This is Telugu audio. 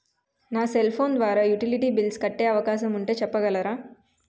నా సెల్ ఫోన్ ద్వారా యుటిలిటీ బిల్ల్స్ కట్టే అవకాశం ఉంటే చెప్పగలరా?